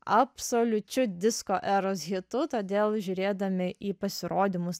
absoliučiu disko eros hitu todėl žiūrėdami į pasirodymus